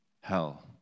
hell